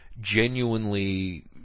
genuinely